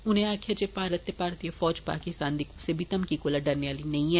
उनें आक्खेया जे भारत ते भारतीय फौज पाकिस्तान दी कुसै बी धमकी कोला डरने आली नेंई ऐ